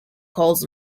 calls